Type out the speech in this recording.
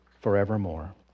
forevermore